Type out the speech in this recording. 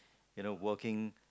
you know working